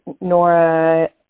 Nora